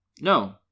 No